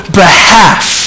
behalf